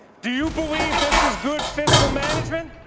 do you believe this is good fiscal management?